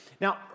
Now